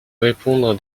répondre